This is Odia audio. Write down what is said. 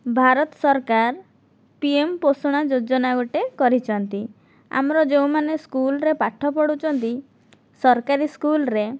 ଭାରତ ସରକାର ପିଏମ୍ ପୋଷଣ ଯୋଜନା ଗୋଟିଏ କରିଛନ୍ତି ଆମର ଯେଉଁମାନେ ସ୍କୁଲ୍ରେ ପାଠ ପଢ଼ୁଛନ୍ତି ସରକାରୀ ସ୍କୁଲ୍ରେ